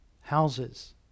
houses